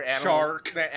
shark